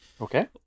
Okay